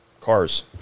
cars